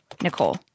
Nicole